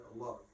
Allah